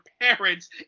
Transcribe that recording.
parents